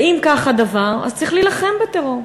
ואם כך הדבר, אז צריך להילחם בטרור.